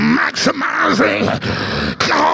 maximizing